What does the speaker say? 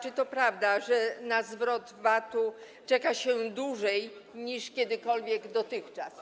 Czy to prawda, że na zwrot VAT-u czeka się dłużej niż kiedykolwiek dotychczas?